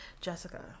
Jessica